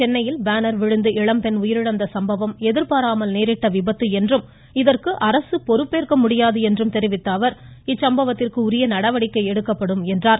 சென்னையில் பேன் விழுந்து இளம்பென் உயிரிழந்த சம்பவம் எதிர்பாராமல் நேரிட்ட விபத்து என்றும் இதற்கு அரசு பொறுப்பேற்க முடியாது என்றும் தெரிவித்த அவர் இச்சம்பவத்திற்கு உரிய நடவடிக்கை எடுக்கப்படும் என்றார்